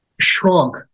shrunk